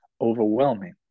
overwhelming